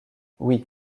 oui